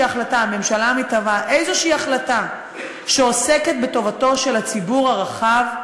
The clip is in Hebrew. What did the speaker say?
החלטה שעוסקת בטובתו של הציבור הרחב,